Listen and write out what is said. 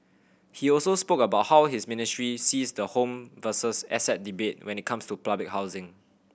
he also spoke about how his ministry sees the home versus asset debate when it comes to public housing